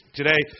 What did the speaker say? today